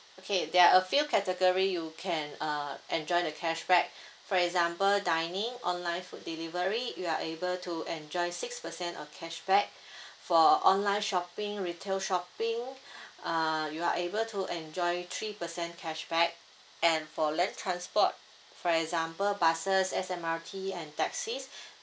okay there are a few category you can uh enjoy the cashback for example dining online food delivery you are able to enjoy six percent uh cashback for uh online shopping retail shopping uh you are able to enjoy three percent cashback and for land transport for example buses S_M_R_T and taxis